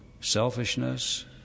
selfishness